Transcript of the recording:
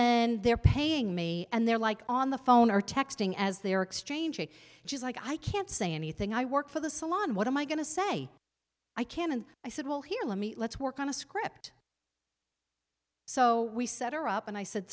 then they're paying me and they're like on the phone or texting as they're exchanging she's like i can't say anything i work for the salon what am i going to say i can and i said well here let me let's work on a script so we set her up and i said